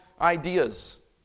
ideas